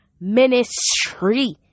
ministry